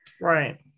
Right